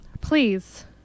please